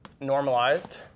normalized